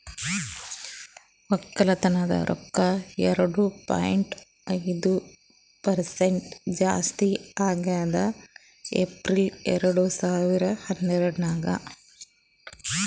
ಒಕ್ಕಲತನದ್ ರೊಕ್ಕ ಎರಡು ಪಾಯಿಂಟ್ ಐದು ಪರಸೆಂಟ್ ಜಾಸ್ತಿ ಆಗ್ಯದ್ ಏಪ್ರಿಲ್ ಎರಡು ಸಾವಿರ ಹನ್ನೆರಡರಾಗ್